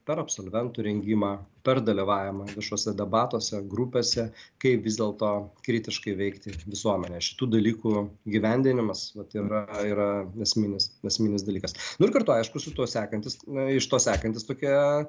per absolventų rengimą per dalyvavimą viešuose debatuose grupėse kaip vis dėlto kritiškai veikti visuomenę šitų dalykų įgyvendinimas vat yra yra esminis esminis dalykas nu ir kartu aišku su tuo sekantis iš to sekantis tokie